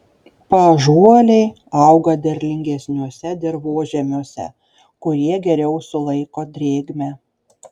paąžuoliai auga derlingesniuose dirvožemiuose kurie geriau sulaiko drėgmę